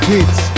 kids